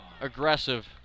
aggressive